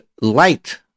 light